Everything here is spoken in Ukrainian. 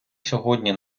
сьогодні